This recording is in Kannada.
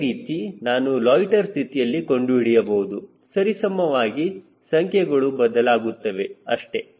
ಅದೇ ರೀತಿ ನಾನು ಲೊಯ್ಟ್ಟೆರ್ ಸ್ಥಿತಿಯಲ್ಲಿ ಕಂಡುಹಿಡಿಯಬಹುದು ಸರಿಸಮವಾಗಿ ಸಂಖ್ಯೆಗಳು ಬದಲಾಗುತ್ತವೆ ಅಷ್ಟೇ